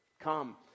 come